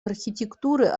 архитектуры